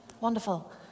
Wonderful